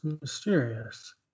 mysterious